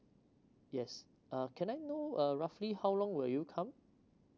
yes uh can I know uh roughly how long will you come